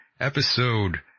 episode